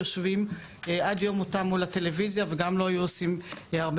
יושבים עד יום מותם מול הטלוויזיה וגם לא היו עושים הרבה,